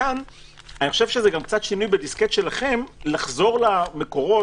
כאן זה גם קצת שינוי בדיסקט שלכם, לחזור למקורות